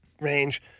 range